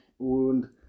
und